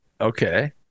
Okay